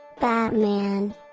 Batman